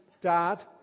Dad